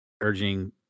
urging